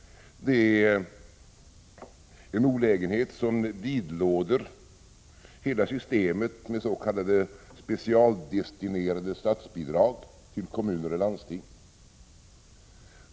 Det är en olägenhet som vidlåder hela systemet med s.k. specialdestinerade statsbidrag till kommuner och landsting.